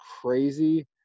crazy